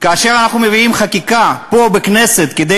כאשר אנחנו מביאים חקיקה פה בכנסת כדי